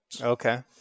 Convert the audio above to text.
okay